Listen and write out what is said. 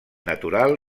natural